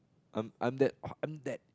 I'm I'm that am that